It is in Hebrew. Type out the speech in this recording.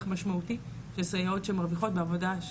משמעותי של סייעות שמרוויחות בעבודה,